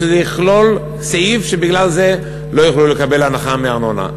שזה יכלול סעיף שבגלל זה לא יוכלו לקבל הנחה מארנונה.